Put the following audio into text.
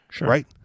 right